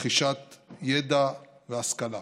לרכישת ידע והשכלה.